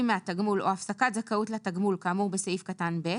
מהתגמול או הפסקת זכאותו לתגמול כאמור בסעיף קטן (ב),